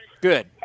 Good